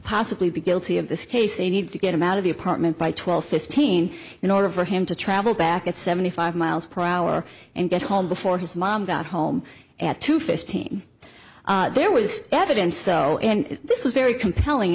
possibly be guilty of this case they need to get him out of the apartment by twelve fifteen in order for him to travel back at seventy five miles per hour and get home before his mom got home at two fifteen there was evidence though and this is very compelling